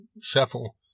Shuffle